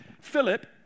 Philip